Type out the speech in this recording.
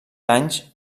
anys